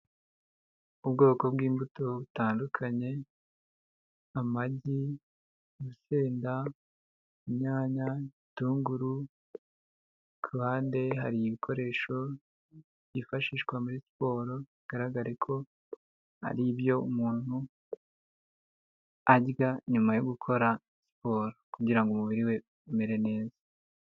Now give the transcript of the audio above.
Ubwoko bw'imbuto butandukanye, amagi, urusenda, inyanya, ibitunguru, ku ruhande hari ibikoresho byifashishwa muri siporo bigaragare ko, ari ibyo umuntu arya nyuma yo gukora siporo kugira ngo umubiri we umere neza.